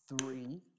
three